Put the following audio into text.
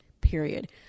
period